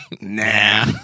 Nah